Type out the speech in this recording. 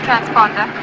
Transponder